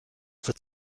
wird